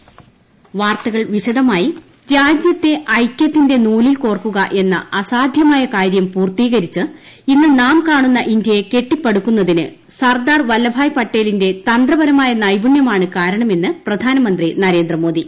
ട്ടടട്ട ടടടടട മൻ കി ബാത്ത് രാജ്യത്തെ ഐക്യത്തിന്റെ നൂലിൽ കോർക്കുക എന്ന അസാ ധ്യമായ കാര്യം പൂർത്തീകരിച്ച് ഇന്ന് നാം കാണുന്ന ഇന്ത്യയെ കെട്ടിപ്പടുക്കുന്നതിന് സർദാർ വല്ലഭായി പട്ടേലിന്റെ തന്ത്രപര മായ നൈപുണ്യമാണ് കാരണമെന്ന് പ്രധാനമന്ത്രി നരേന്ദ്രമോ ദി